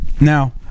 now